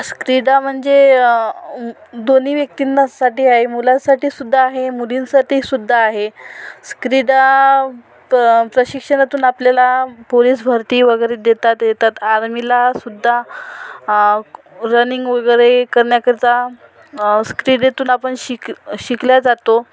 क्रीडा म्हणजे दोन्ही व्यक्तींसाठी आहे मुलांसाठी सुद्धा आहे मुलींसाठी सुद्धा आहे क्रीडा प्र प्रशिक्षणातून आपल्याला पोलीस भरती वगैरे देता येतात आर्मीला सुद्धा रनिंग वगैरे करण्याकरता क्रीडेतून आपण शिक शिकल्या जातो